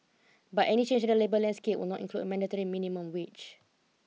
but any change in the labour landscape would not include a mandatory minimum wage